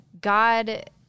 God